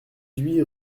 huit